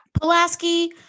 Pulaski